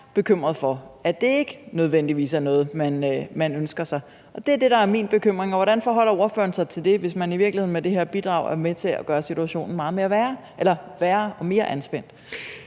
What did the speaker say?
bekymret for, og at det ikke nødvendigvis er noget, man ønsker sig. Og det er det, der er min bekymring. Hvordan forholder ordføreren sig til det, hvis man i virkeligheden med det her bidrag er med til at gøre situationen meget værre og mere anspændt?